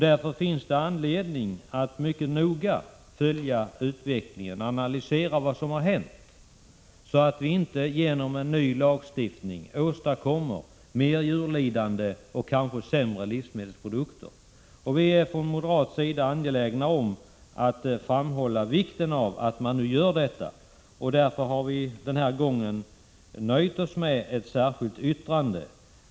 Därför finns det anledning att mycket noga följa utvecklingen och analysera vad som hänt, så att vi inte genom en ny lagstiftning åstadkommer mer djurlidande och kanske sämre livsmedelsprodukter. Vi är från moderat sida angelägna om att framhålla vikten av att detta sker. Denna gång har vi nöjt oss med ett särskilt yttrande.